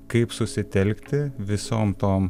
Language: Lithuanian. kaip susitelkti visom tom